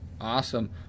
Awesome